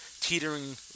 teetering